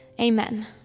Amen